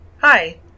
Hi